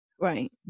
Right